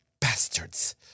bastards